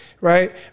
right